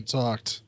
talked